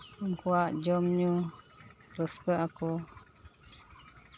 ᱩᱱᱠᱩᱣᱟᱜ ᱡᱚᱢ ᱧᱩ ᱨᱟᱹᱥᱠᱟᱹᱜ ᱟᱠᱚ